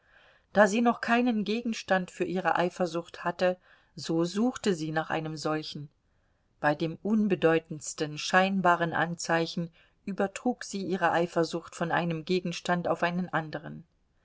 da sie noch keinen gegenstand für ihre eifersucht hatte so suchte sie nach einem solchen bei dem unbedeutendsten scheinbaren anzeichen übertrug sie ihre eifersucht von einem gegenstand auf einen anderen